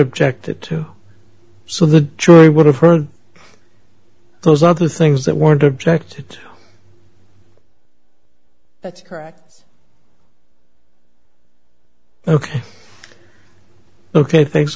objected to so the jury would have heard those other things that weren't objective but correct ok ok thanks